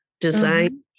design